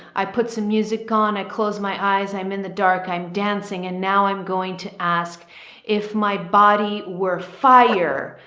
i put some music on. i close my eyes, i'm in the dark, i'm dancing. and now i'm going to ask if my body were fire,